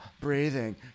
breathing